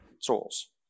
souls